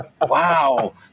wow